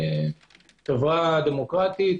בחברה דמוקרטית